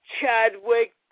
Chadwick